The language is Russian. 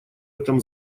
этом